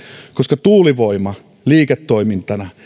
koska tuulivoima liiketoimintana